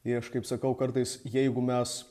tai aš kaip sakau kartais jeigu mes